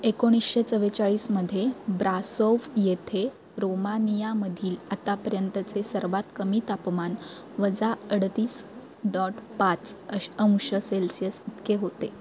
एकोणीसशे चव्वेचाळीसमध्ये ब्रासोव्ह येथे रोमानियामधील आतापर्यंतचे सर्वात कमी तापमान वजा अडतीस डॉट पाच अश अंश सेल्सियस इतके होते